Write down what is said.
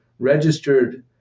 registered